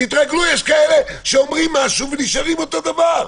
תתרגלו, יש כאלה שאומרים משהו ונשארים אותו דבר.